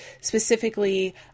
specifically